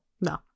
no